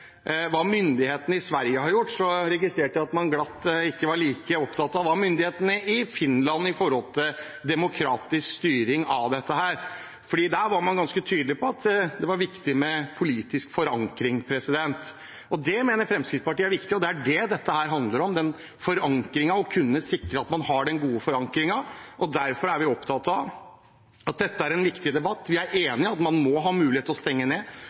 hva myndighetene i Sverige har gjort, men jeg registrerte at man ikke var like opptatt av myndighetene i Finland med hensyn til demokratisk styring av dette her. I Finland var man ganske tydelig på at det var viktig med politisk forankring. Det mener Fremskrittspartiet er viktig, og det er det dette handler om, den forankringen og å kunne sikre at man har den gode forankringen. Derfor er vi opptatt av en viktig debatt. Vi er enig i at man må ha mulighet til å stenge ned,